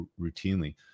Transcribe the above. routinely